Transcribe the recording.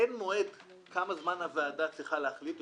אין מועד בתוך כמה זמן הוועדה צריכה להחליט.